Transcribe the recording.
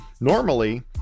Normally